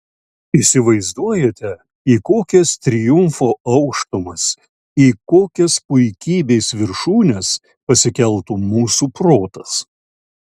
įsivaizduojate į kokias triumfo aukštumas į kokias puikybės viršūnes pasikeltų mūsų protas